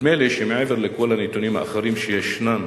נדמה לי שמעבר לכל הנתונים האחרים שישנם